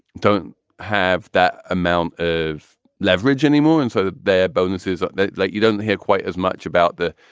don't have that amount of leverage anymore. and sort of their bonuses that like you don't hear quite as much about the,